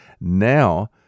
Now